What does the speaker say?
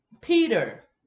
Peter